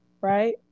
right